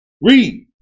Read